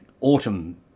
autumn